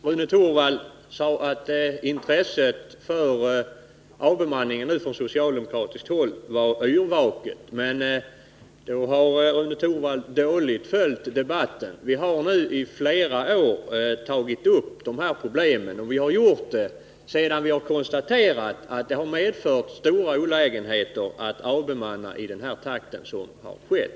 Herr talman! Rune Torwald talade om ett från socialdemokratiskt håll yrvaket intresse för avbemanningen. Men då har Rune Torwald dåligt följt debatten. I flera år har vi tagit upp dessa problem. Allteftersom avbemanningen fortsatt har vi kunnat konstatera stora olägenheter.